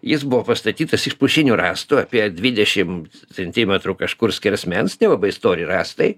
jis buvo pastatytas iš pušinių rąstų apie dvidešim centimetrų kažkur skersmens labai stori rąstai